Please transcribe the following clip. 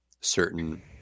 certain